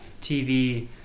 TV